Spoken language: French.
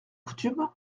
coutume